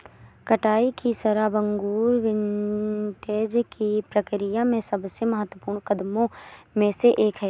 कटाई की शराब अंगूर विंटेज की प्रक्रिया में सबसे महत्वपूर्ण कदमों में से एक है